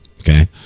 okay